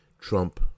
Trump